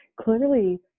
clearly